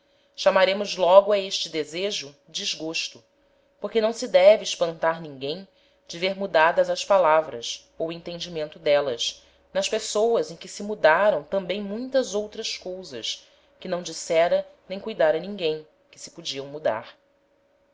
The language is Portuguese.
chamaremos logo a este desejo desgosto porque não se deve espantar ninguem de ver mudadas as palavras ou o entendimento d'élas nas pessoas em que se mudaram tambem muitas outras cousas que não dissera nem cuidára ninguem que se podiam mudar